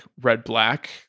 Red-Black